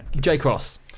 J-Cross